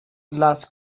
las